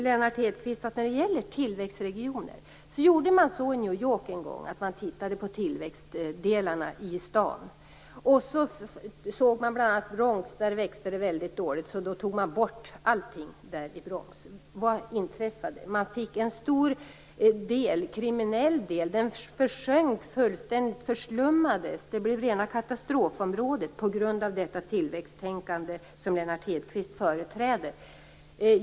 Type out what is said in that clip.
Lennart Hedquist, när det gäller detta med tillväxtregioner tittade man i New York en gång närmare på tillväxtdelarna i staden. Man såg bl.a. att det var en väldigt dålig tillväxt i Bronx. Därför tog man bort allting där. Vad inträffade? Jo, det blev en stor kriminell del. Det blev en fullständig förslumning och rena katastrofområdet, just på grund av det tillväxttänkande som Lennart Hedquist företräder.